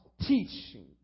teaching